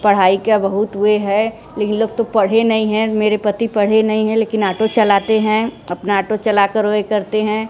पढ़ाई क्या बहुत वे है ये लोग तो पढ़े नहीं हैं मेरे पति पढ़े नहीं हैं लेकिन आटो चलाते हैं अपना आटो चला कर वे करते हैं